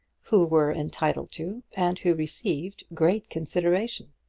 who were entitled to, and who received, great consideration.